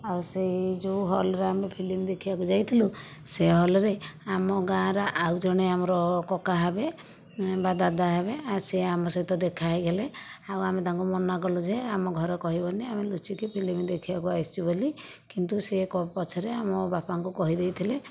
ଆଉ ସେଇ ଯେଉଁ ହଲ୍ରେ ଆମେ ଫିଲ୍ମ ଦେଖିବାକୁ ଯାଇଥିଲୁ ସେଇ ହଲ୍ରେ ଆମ ଗାଁର ଆଉ ଜଣେ ଆମର କକା ହେବେ ବା ଦାଦା ହେବେ ସେ ଆମ ସହିତ ଦେଖା ହୋଇଗଲେ ଆଉ ଆମେ ତାଙ୍କୁ ମନା କଲୁ ଯେ ଆମ ଘରେ କହିବନି ଆମେ ଲୁଚିକି ଫିଲ୍ମ ଦେଖିବାକୁ ଆସିଛୁ ବୋଲି କିନ୍ତୁ ସିଏ କୋ ପଛରେ ଆମ ବାପାଙ୍କୁ କହି ଦେଇଥିଲେ